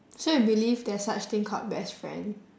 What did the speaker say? so you believe there's such thing called best friend